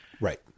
Right